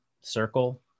circle